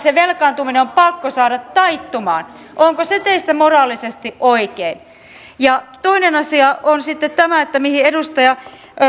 se velkaantuminen on pakko saada taittumaan onko se teistä moraalisesti oikein toinen asia on sitten tämä teidän tutkimuksenne mihin edustaja